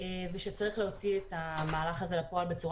ושצריך להוציא את המהלך הזה לפועל בצור